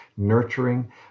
nurturing